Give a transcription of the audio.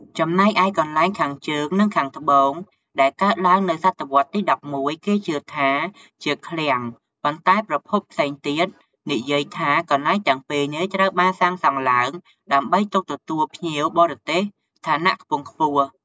ចំណែកឯកន្លែងខាងជើង និងខាងត្បូងដែលកើតឡើងនៅសតវត្សរ៍ទី១១ គេជឿថាជាឃ្លាំង ប៉ុន្តែប្រភពផ្សេងទៀតនិយាយថាកន្លែងទាំងពីរនេះត្រូវបានសាងសង់ឡើងដើម្បីទុកទទួលភ្ញៀវបរទេសឋានៈខ្ពង់ខ្ពស់។